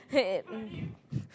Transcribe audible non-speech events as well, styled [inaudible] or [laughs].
[laughs]